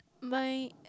my